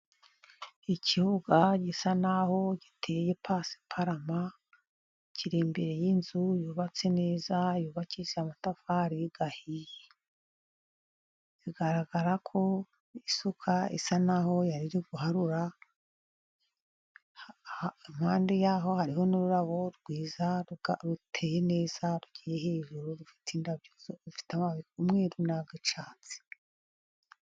Ikibuga gisa n'aho giteye pasiparume, kiri imbere y'inzu yubatse neza yubakishije amatafari ahiye, bigaragara ko isuka isa n'aho yari iri guharura, impande yaho hariho n'ururabo rwiza ruteye neza, tugiye hejuru rufite amababi y'umwe n'ayicyatsi.